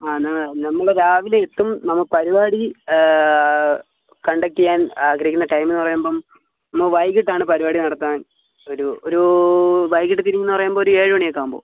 ആ എന്നാൽ നമ്മൾ രാവിലെ എത്തും നമ്മ് പരിപാടി കണ്ടക്റ്റ് ചെയ്യാൻ ആഗ്രഹിക്കുന്ന ടൈം എന്ന് പറയുമ്പം അന്ന് വൈകിട്ടാണ് പരിപാടി നടത്താൻ ഒരു ഒരൂ വൈകിട്ട് തിരിഞ്ഞ് പറയുമ്പോൾ ഒരു ഏഴ് മണിയൊക്കെ ആവുമ്പോൾ